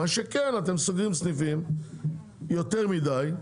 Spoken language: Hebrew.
מה שכן, אתם סוגרים סניפים יותר מדי,